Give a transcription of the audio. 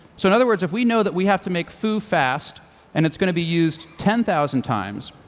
so in other words, if we know that we have to make foo fast and it's going to be used ten thousand times,